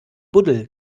buddel